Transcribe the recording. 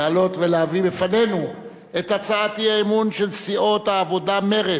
לעלות ולהביא בפנינו את הצעת האי-אמון של סיעות העבודה מרצ,